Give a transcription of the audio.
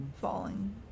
falling